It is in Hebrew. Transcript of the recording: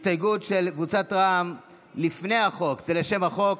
הסתייגות של קבוצת רע"מ לפני החוק זה לשם החוק.